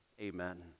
Amen